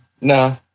No